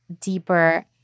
deeper